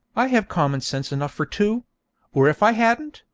i have common-sense enough for two or if i hadn't,